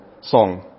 song